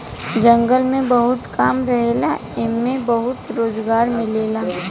जंगल में बहुत काम रहेला एइमे बहुते रोजगार मिलेला